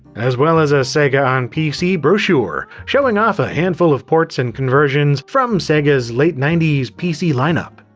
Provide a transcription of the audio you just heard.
as well as a sega on pc brochure, showing off a handful of ports and conversions from sega's late ninety s pc lineup.